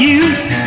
use